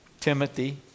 Timothy